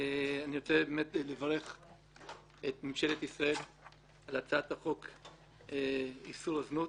אני רוצה באמת לברך את ממשלת ישראל על הצעת חוק איסור הזנות,